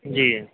ਜੀ